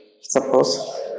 Suppose